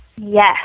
Yes